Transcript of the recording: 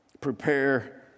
prepare